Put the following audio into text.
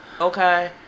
Okay